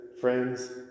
friends